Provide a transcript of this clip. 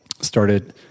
started